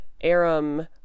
Aram